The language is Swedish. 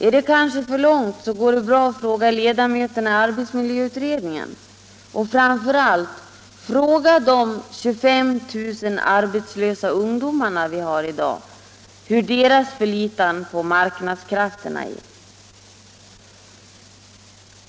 Är det för lång väg till dem, går det bra att fråga ledamöterna i arbetsmiljöutredningen. Och framför allt — fråga de 25 000 arbetslösa ungdomar som vi har i dag hur mycket de förlitar sig på arbetsmarknadskrafterna!